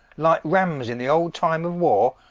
like rammes in the old time of warre,